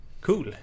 cool